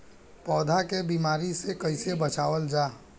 पौधा के बीमारी से कइसे बचावल जा?